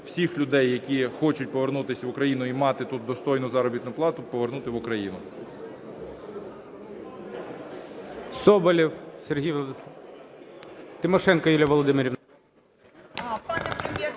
всіх людей, які хочуть повернутися в Україну і мати тут достойну заробітну плату, повернути в Україну.